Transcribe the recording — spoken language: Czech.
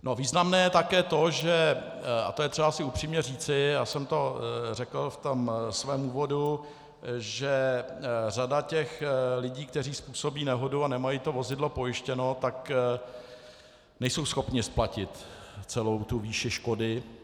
Významné je také to a to je třeba si upřímně říci, já jsem to řekl ve svém úvodu, že řada těch lidí, kteří způsobí nehodu a nemají to vozidlo pojištěno, není schopna splatit celou tu výši škody.